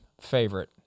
favorite